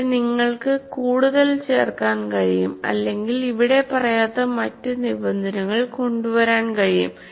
പക്ഷേ നിങ്ങൾക്ക് കൂടുതൽ ചേർക്കാൻ കഴിയും അല്ലെങ്കിൽ ഇവിടെ പറയാത്ത മറ്റ് നിബന്ധനകൾ കൊണ്ടുവരാൻ കഴിയും